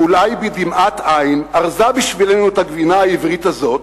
ואולי בדמעת עין ארזה בשבילנו את הגבינה העברית הזאת,